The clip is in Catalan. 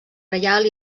reial